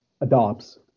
adopts